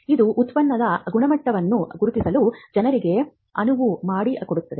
ಇದು ಉತ್ಪನ್ನದ ಗುಣಮಟ್ಟವನ್ನು ಗುರುತಿಸಲು ಜನರಿಗೆ ಅನುವು ಮಾಡಿಕೊಡುತ್ತದೆ